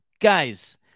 Guys